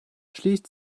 schließt